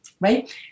right